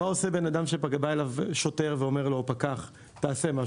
מה עושה בן אדם שבא אליו פקח ואומר לו לעשות משהו?